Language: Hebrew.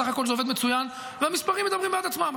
בסך הכול זה עובד מצוין והמספרים מדברים בעד עצמם.